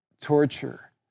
torture